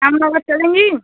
कम भाड़ा पर चलेंगी